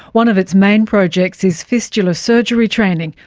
one of its main projects is fistula surgery training,